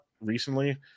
recently